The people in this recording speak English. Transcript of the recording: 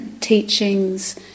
Teachings